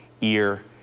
ear